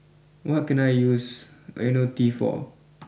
what can I use Ionil T for